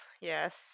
yes